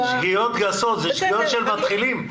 זאת שגיאה של מתחילים.